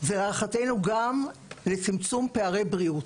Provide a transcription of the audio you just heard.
זה להערכתנו גם לצמצום פערי בריאות.